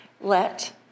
Let